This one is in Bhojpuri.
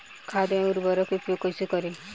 खाद व उर्वरक के उपयोग कईसे करी?